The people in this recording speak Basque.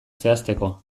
zehazteko